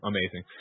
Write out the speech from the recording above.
Amazing